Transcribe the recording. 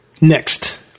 Next